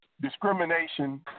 discrimination